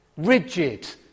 rigid